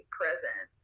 present